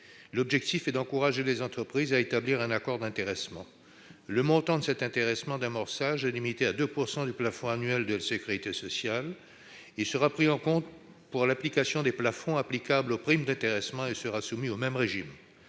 L'objectif est d'encourager les entreprises à mettre en place de tels accords. Le montant de cet intéressement d'amorçage est limité à 2 % du plafond annuel de la sécurité sociale. Il sera pris en compte dans les plafonds applicables aux primes d'intéressement et sera soumis au même régime